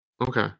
Okay